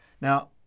Now